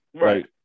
Right